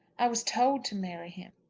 i was told to marry him.